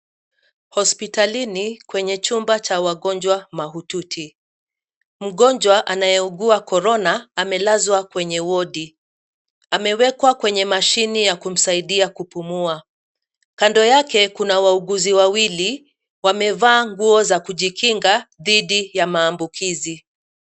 Hospitalini, kwenye chumba cha wagonjwa mahututi. Mgonjwa anayeugua Korona amelazwa kwenye wodi. Amewekwa kwenye mashine ya kumsaidia kupumua. Kando yake kuna wauguzi wawili, wamevaa nguo za kujikinga dhidi ya maambukizi.